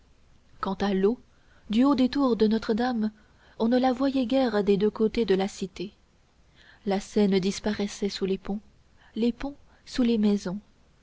quant à l'eau du haut des tours de notre-dame on ne la voyait guère des deux côtés de la cité la seine disparaissait sous les ponts les ponts sous les maisons